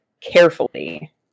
carefully